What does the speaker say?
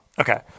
Okay